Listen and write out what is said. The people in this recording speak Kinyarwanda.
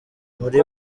muri